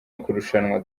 ukurushanwa